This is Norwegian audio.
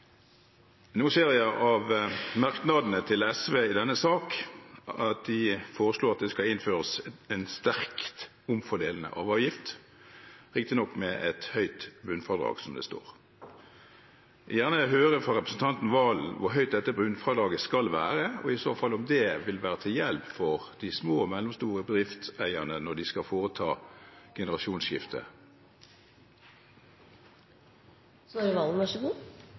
Nå ser jeg av merknadene til SV i denne saken at de foreslår at det skal innføres en sterkt omfordelende arveavgift, riktignok med et «høyt bunnfradrag», som det står. Jeg vil gjerne høre fra representanten Serigstad Valen hvor høyt dette bunnfradraget skal være, og om det i så fall vil være til hjelp for de små og mellomstore bedriftseierne når de skal foreta